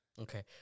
Okay